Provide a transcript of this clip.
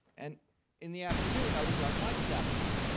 and in the afternoon, i would run my staff meeting.